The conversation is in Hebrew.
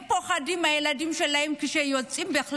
הם פוחדים כאשר הילדים שלהם יוצאים,